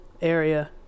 area